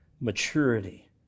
maturity